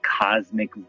cosmic